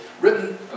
written